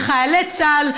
וחיילי צה"ל,